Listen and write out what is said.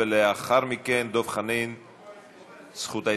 לאחר מכן, דב חנין, זכות ההתנגדות.